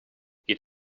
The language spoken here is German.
geht